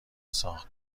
ساخت